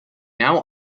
now